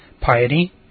piety